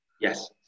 Yes